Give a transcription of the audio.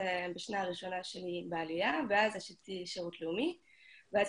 בשנה הראשונה שלי בעלייה ואז עשיתי שירות לאומי ואז